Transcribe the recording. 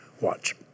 Watch